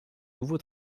nouveau